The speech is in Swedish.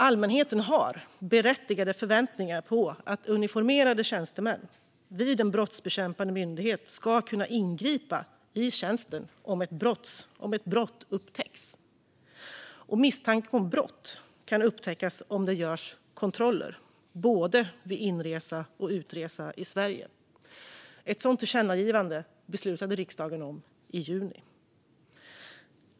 Allmänheten har berättigade förväntningar på att uniformerade tjänstemän vid en brottsbekämpande myndighet ska kunna ingripa i tjänsten om ett brott upptäcks, och brott kan upptäckas om det görs kontroller både vid inresa till och vid utresa från Sverige. Ett sådant tillkännagivande beslutade riksdagen om i juni.